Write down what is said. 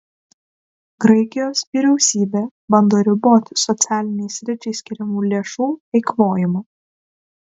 graikijos vyriausybė bando riboti socialiniai sričiai skiriamų lėšų eikvojimą